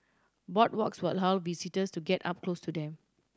boardwalks will how visitors to get up close to them